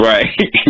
Right